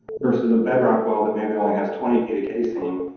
versus a bedrock well that maybe only has twenty feet a casing,